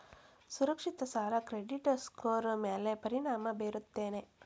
ಸುರಕ್ಷಿತ ಸಾಲ credit score ಮ್ಯಾಲೆ ಪರಿಣಾಮ ಬೇರುತ್ತೇನ್